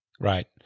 Right